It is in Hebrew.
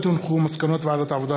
מסקנות ועדת העבודה,